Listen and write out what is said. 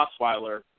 Osweiler